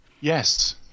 Yes